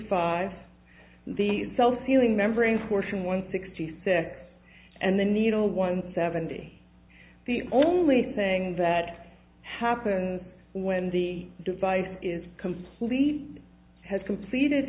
five the self sealing membrane portion one sixty six and the needle one seventy the only thing that happens when the device is complete has completed it